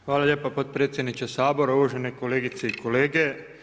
Hvala lijepa potpredsjedniče Sabora, uvaženi kolegice i kolege.